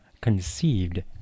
conceived